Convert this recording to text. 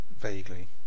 vaguely